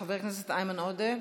חבר הכנסת איימן עודה,